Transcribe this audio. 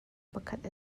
pakhat